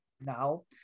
now